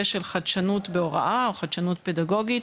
של חדשנות בהוראה או חדשנות פדגוגית.